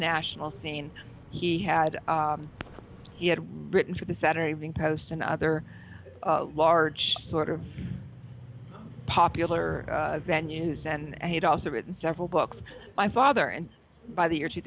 national scene he had he had written for the saturday evening post and other large sort of popular venues and had also written several books my father and by the year two